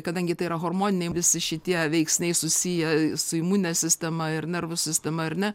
kadangi tai yra hormoniniai visi šitie veiksniai susiję su imunine sistema ir nervų sistema ar ne